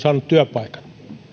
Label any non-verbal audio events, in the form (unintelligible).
(unintelligible) saanut työpaikan